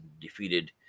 defeated